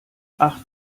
acht